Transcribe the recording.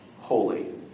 holy